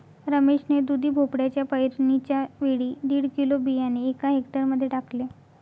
रमेश ने दुधी भोपळ्याच्या पेरणीच्या वेळी दीड किलो बियाणे एका हेक्टर मध्ये टाकले